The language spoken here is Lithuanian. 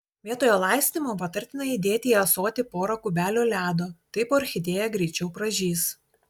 vietoje laistymo patartina įdėti į ąsotį pora kubelių ledo taip orchidėja greičiau pražys